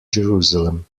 jerusalem